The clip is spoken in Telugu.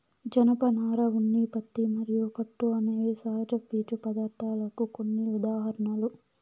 జనపనార, ఉన్ని, పత్తి మరియు పట్టు అనేవి సహజ పీచు పదార్ధాలకు కొన్ని ఉదాహరణలు